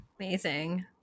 Amazing